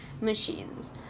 Machines